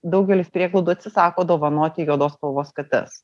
daugelis prieglaudų atsisako dovanoti juodos spalvos kates